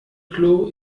klo